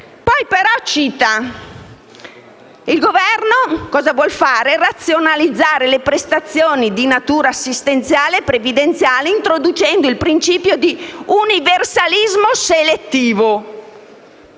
Poi però cita: il Governo cosa vuol fare? Razionalizzare le prestazioni di natura assistenziale e previdenziale, introducendo il principio di universalismo selettivo.